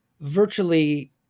Virtually